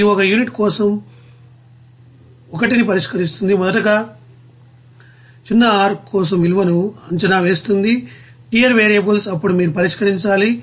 ఇది ఒక యూనిట్ కోసం 1 ని పరిష్కరిస్తుంది మొదటగా r కోసం విలువను అంచనా వేస్తుంది టియర్ వేరియబుల్స్ అప్పుడు మీరు పరిష్కరించాలి